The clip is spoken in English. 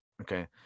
Okay